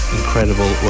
incredible